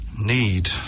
need